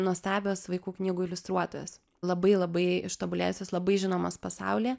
nuostabios vaikų knygų iliustruotojos labai labai ištobulėjusios labai žinomos pasaulyje